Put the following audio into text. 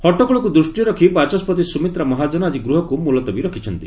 ହଟ୍ଟଗୋଳକୁ ଦୃଷ୍ଟିରେ ରଖି ବାଚସ୍କତି ସୁମିତ୍ରା ମହାଜନ ଆଜି ଗୃହକୁ ମୁଲତବୀ ରଖିଛନ୍ତି